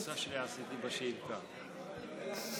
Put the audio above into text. גברתי היושבת-ראש,